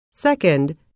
second